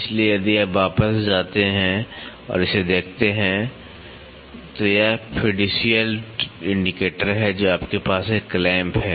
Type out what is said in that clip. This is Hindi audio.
इसलिए यदि आप वापस जाते हैं और इसे देखते हैं तो यह फिड्यूशियल इंडिकेटर है जो आपके पास एक क्लैंप है